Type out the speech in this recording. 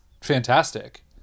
fantastic